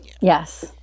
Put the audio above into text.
Yes